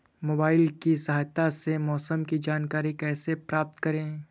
Mobile की सहायता से मौसम की जानकारी कैसे प्राप्त करें?